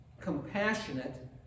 compassionate